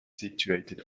situated